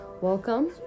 Welcome